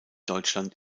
deutschland